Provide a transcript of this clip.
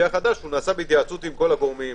החדש נעשה בהתייעצות עם כל הגורמים,